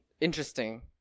interesting